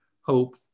hope